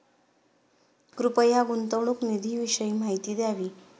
कृपया गुंतवणूक निधीविषयी माहिती द्यावी